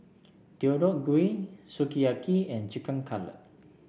Deodeok Gui Sukiyaki and Chicken Cutlet